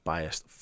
Biased